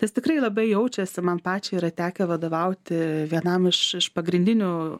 nes tikrai labai jaučiasi man pačiai yra tekę vadovauti vienam iš iš pagrindinių